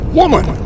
woman